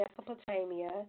Mesopotamia